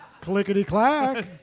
Clickety-clack